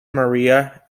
maria